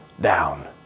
down